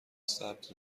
سبز